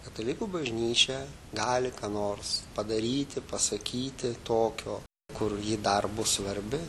katalikų bažnyčia gali ką nors padaryti pasakyti tokio kur ji dar bus svarbi